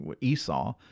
Esau